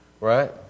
right